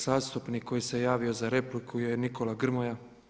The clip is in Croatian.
Zastupnik koji se javio za repliku je Nikola Grmoja.